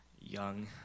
young